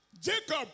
Jacob